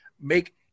make –